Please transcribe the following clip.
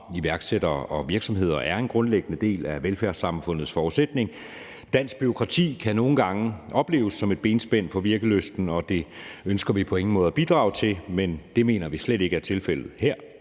Iværksættere og virksomheder er en grundlæggende del af velfærdssamfundets forudsætning. Dansk bureaukrati kan nogle gange opleves som et benspænd for virkelysten, og det ønsker vi på ingen måde at bidrage til, men det mener vi slet ikke er tilfældet her,